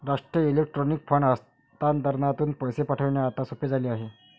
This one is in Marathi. राष्ट्रीय इलेक्ट्रॉनिक फंड हस्तांतरणातून पैसे पाठविणे आता सोपे झाले आहे